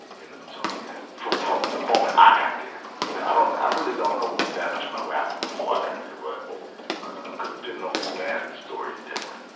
in the platoon, yeah. from, from the moment i got there, you know. i don't, i really don't know that much about what happened before i got there. but cuz depending on who you asked, the story's different.